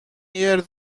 near